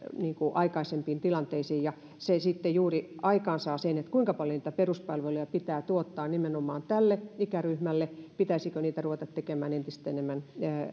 aikaisempiin tilanteisiin ja se sitten juuri aikaansaa sen kuinka paljon niitä peruspalveluja pitää tuottaa nimenomaan tälle ikäryhmälle pitäisikö niitä ruveta tekemään entistä enemmän